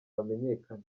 bamenyekane